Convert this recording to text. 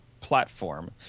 platform